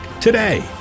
today